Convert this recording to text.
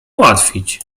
ułatwić